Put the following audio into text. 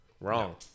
Wrong